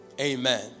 Amen